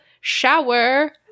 shower